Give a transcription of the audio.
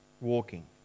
walking